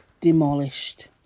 demolished